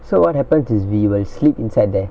so what happens is we will sleep inside there